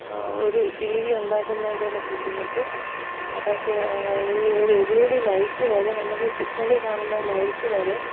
ഒരു T V ഉണ്ടാക്കുന്നതിൻ്റെതന്നെ ഒരു ബുദ്ധിമുട്ടും പക്ഷെ ഈ ഒരു എൽ ഇ ഡി ലൈറ്റ് വരെ നമുക്ക് സിഗ്നലില് കാണുന്ന ലൈറ്റ് വരെ